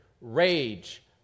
rage